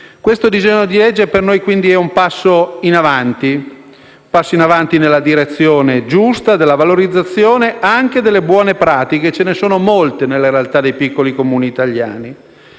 il disegno di legge in discussione è per noi un passo in avanti nella direzione giusta della valorizzazione anche delle buone pratiche e ce ne sono molte nelle realtà dei piccoli Comuni italiani;